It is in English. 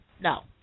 No